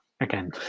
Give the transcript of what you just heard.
again